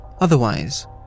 otherwise